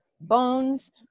bones